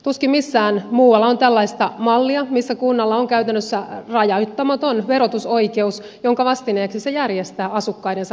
tuskin missään muualla on tällaista mallia missä kunnalla on käytännössä rajoittamaton verotusoikeus jonka vastineeksi se järjestää asukkaidensa palvelut